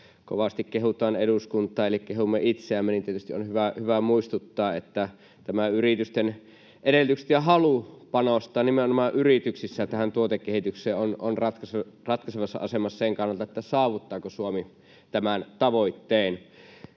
kovasti kehutaan eduskuntaa eli kehumme itseämme, niin tietysti on hyvä muistuttaa, että yritysten edellytykset ja halu panostaa nimenomaan yrityksissä tähän tuotekehitykseen ovat ratkaisevassa asemassa sen kannalta, saavuttaako Suomi tämän tavoitteen.